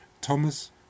Thomas